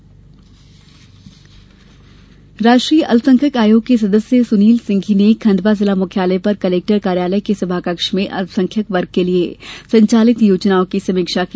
बैठक राष्ट्रीय अल्प संख्यक आयोग के सदस्य सुनील सिंघी ने खंडवा जिला मुख्यालय पर कलेक्टर कार्यालय के सभाकक्ष में अल्प संख्यक वर्ग के लिये संचालित योजनाओं की समीक्षा की